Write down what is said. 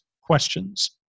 questions